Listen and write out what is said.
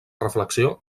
reflexió